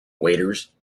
waiters